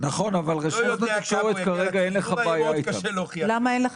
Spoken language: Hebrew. יהיה קשה להוכיח.